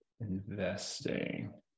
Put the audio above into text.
investing